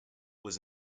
was